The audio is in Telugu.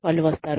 వాళ్ళు వస్తారు